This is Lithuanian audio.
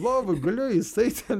lovoj guliu jisai ten